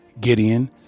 Gideon